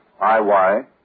IY